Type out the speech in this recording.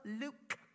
Luke